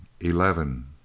eleven